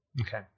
Okay